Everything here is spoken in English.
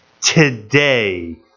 Today